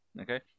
Okay